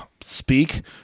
speak